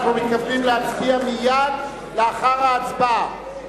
אנחנו מתכוונים להצביע מייד לאחר ההצבעה,